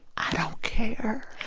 i don't care?